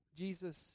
Jesus